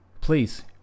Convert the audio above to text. please